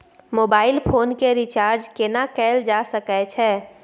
Mobile phone के recharge केना कैल जा सकै छै?